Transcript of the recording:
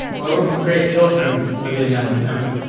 well, we can create children with ian allan emmett.